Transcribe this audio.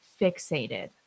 fixated